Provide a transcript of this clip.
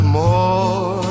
more